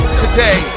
today